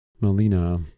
Melina